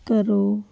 ਕਰੋ